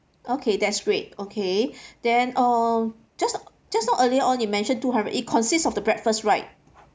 okay that's great okay then um just just now earlier on you mentioned two hundred it consists of the breakfast right